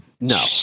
no